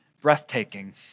breathtaking